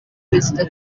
perezida